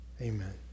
Amen